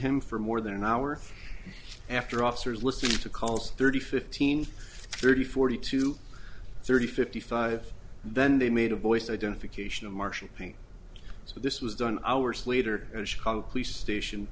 him for more than an hour after officers listened to calls thirty fifteen thirty forty two thirty fifty five then they made a voice identification of marshall payne so this was done hours later chicago police station